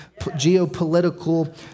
geopolitical